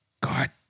God